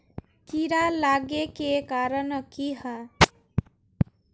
कीड़ा लागे के कारण की हाँ?